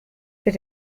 per